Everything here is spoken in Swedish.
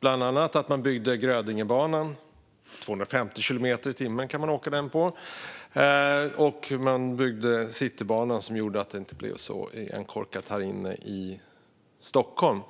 bland annat att man byggde Grödingebanan, där vi kan åka 250 kilometer i timmen, och att man byggde Citybanan, som gjorde att det inte blev så igenkorkat här inne i Stockholm.